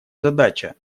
задача